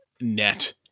net